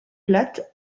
plate